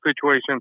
situation